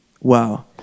Wow